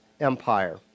empire